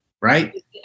Right